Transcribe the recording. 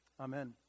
Amen